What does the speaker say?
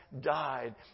died